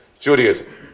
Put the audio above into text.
Judaism